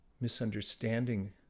misunderstanding